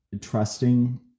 trusting